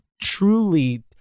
truly